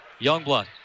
Youngblood